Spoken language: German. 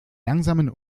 langsamen